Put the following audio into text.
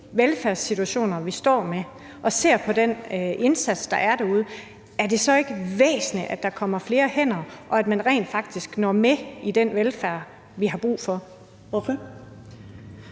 velfærdssituationer, vi står med, og så ser på den indsats, der er derude, er det så ikke væsentligt, at der kommer flere hænder, og at man rent faktisk når med i den velfærd, vi har brug for?